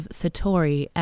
satori